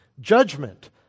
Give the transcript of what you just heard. Judgment